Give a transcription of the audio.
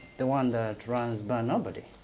the one that runs bar nobody.